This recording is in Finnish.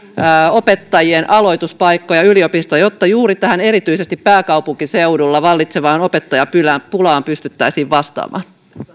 opettajien aloituspaikkoja yliopistoon jotta juuri tähän erityisesti pääkaupunkiseudulla vallitsevaan opettajapulaan pystyttäisiin vastaamaan